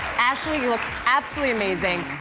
ashley, you look absolutely amazing.